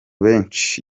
benshi